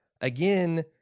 Again